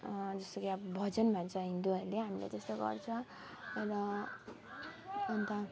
जस्तो कि आब भजन भन्छ हिन्दूहरूले हामीले त्यस्तो गर्छ तर अन्त